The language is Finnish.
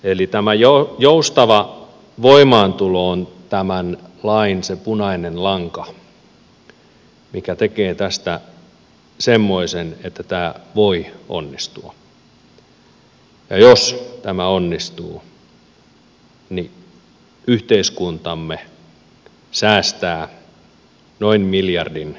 eli tämä joustava voimaantulo on se tämän lain punainen lanka mikä tekee tästä semmoisen että tämä voi onnistua ja jos tämä onnistuu niin yhteiskuntamme säästää noin miljardin per vuosi